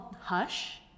Hush